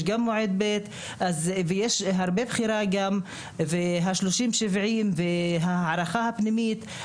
גם מועד ב' ויש הרבה בחירה ה-30 70 וההערכה הפנימית.